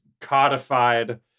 codified